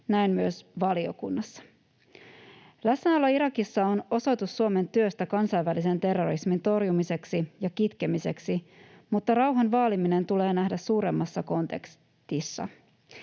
näin myös valiokunnassa. Läsnäolo Irakissa on osoitus Suomen työstä kansainvälisen terrorismin torjumiseksi ja kitkemiseksi, mutta rauhan vaaliminen tulee nähdä suuremmassa kontekstissa.